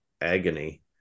agony